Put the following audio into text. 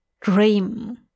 Dream